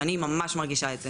אני ממש מרגישה את זה.